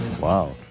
Wow